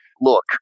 Look